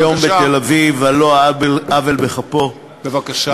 היום בתל-אביב על לא עוול בכפו, בבקשה.